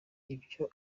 ibyo